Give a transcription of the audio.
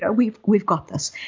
ah we've we've got this,